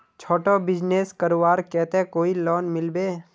छोटो बिजनेस करवार केते कोई लोन मिलबे?